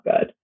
good